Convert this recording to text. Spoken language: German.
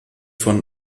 von